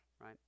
Right